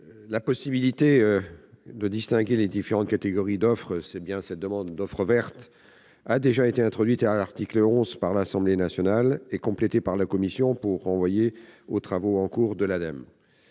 La possibilité de distinguer les différentes catégories d'offres vertes a déjà été introduite à l'article 11 par l'Assemblée nationale et complétée par la commission, pour renvoyer aux travaux en cours de l'Ademe.